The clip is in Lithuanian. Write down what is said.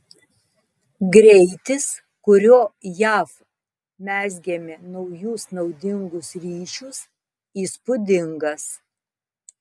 greitis kuriuo jav mezgėme naujus naudingus ryšius įspūdingas